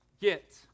get